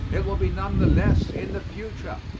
it will be none the less in the future.